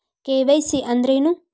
KYC ಅಂದ್ರೇನು?